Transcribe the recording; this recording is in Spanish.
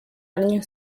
año